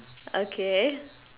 okay